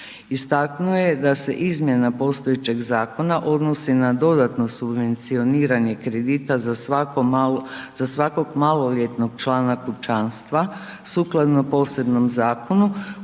Istaknuo je da se izmjena postojećeg zakona odnosi na dodatno subvencioniranje kredita za svako malo, za svakog maloljetnog člana kućanstva sukladno posebnom zakonu